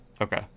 Okay